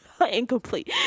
Incomplete